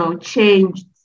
changed